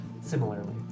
Similarly